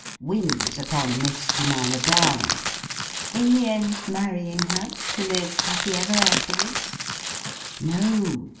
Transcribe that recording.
wins upon miss jemima brown in the end, marrying her, to live happy ever afterwards no,